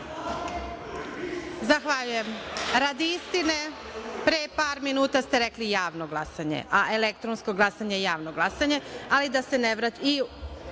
Zahvaljujem. Radi istine, pre par minuta ste rekli - javno glasanje. A elektronsko glasanje je javno glasanje. U Poslovniku